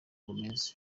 gomez